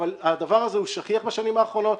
אבל הדבר הזה הוא שכיח בשנים האחרונות.